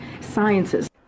Sciences